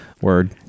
Word